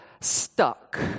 stuck